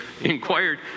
inquired